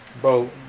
Bro